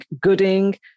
gooding